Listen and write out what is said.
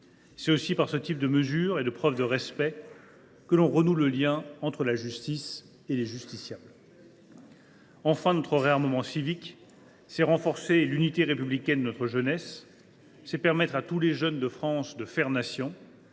C’est aussi par ce type de mesure et ces preuves de respect que l’on retisse le lien entre la justice et les justiciables. « Enfin, notre réarmement civique suppose de renforcer l’unité républicaine de notre jeunesse. Nous y parviendrons en permettant à tous les jeunes de France de faire nation.